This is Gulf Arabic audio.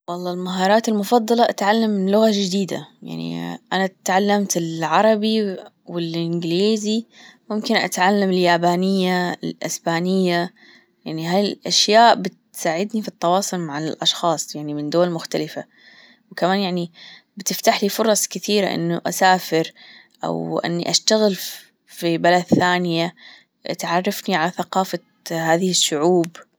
والله المهارات المفضلة أتعلم لغة جديدة يعني أنا تعلمت العربي والإنجليزي ممكن أتعلم اليابانية الأسبانية يعني هاي الأشياء بتساعدني في التواصل مع الأشخاص يعني من دول مختلفة وكمان يعني بتفتح لي فرص كتيرة أنه أسافر أو أني يأشتغل في بلد ثانية تعرفني على ثقافة هذه الشعوب.